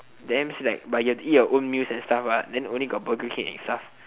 damn slack but you have to eat your own meals and stuff then only got burger king and stuff